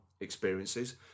experiences